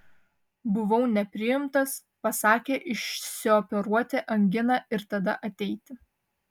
buvau nepriimtas pasakė išsioperuoti anginą ir tada ateiti